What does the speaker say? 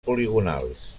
poligonals